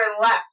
left